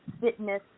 fitness